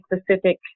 specific